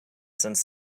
since